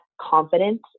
confidence